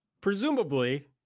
presumably